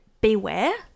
beware